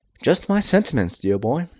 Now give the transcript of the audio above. just my sentiments, dear boy,